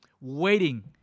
waiting